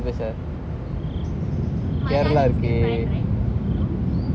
because of